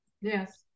Yes